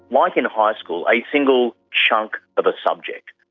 like in high school, a single chunk of a subject.